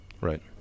right